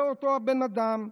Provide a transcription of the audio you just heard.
זה אותו הבן אדם.